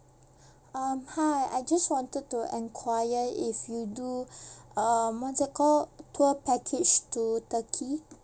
um hi I just wanted to enquire if you do uh what's that called tour package to turkey